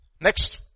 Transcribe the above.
Next